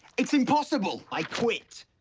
it's impossible. i quit.